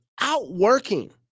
outworking